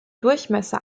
durchmesser